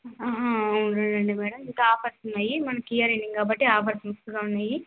అవునండి మేడం ఇంకా ఆఫర్స్ ఉన్నాయి మనకి ఇయర్ ఎండింగ్ కాబట్టి ఆఫర్స్ మస్తుగా ఉన్నాయి